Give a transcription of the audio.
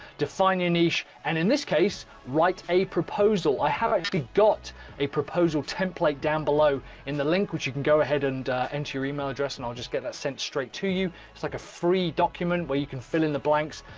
define your niche. and in this case, write a proposal i have actually got a proposal template down below in the link which you can go ahead and enter your email address and i'll just get that sent straight to you. it's like a free document where you can fill in the blanks.